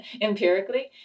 empirically